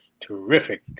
terrific